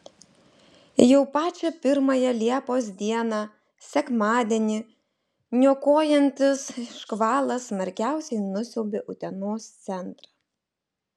jau pačią pirmąją liepos dieną sekmadienį niokojantis škvalas smarkiausiai nusiaubė utenos centrą